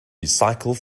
recycle